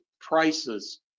prices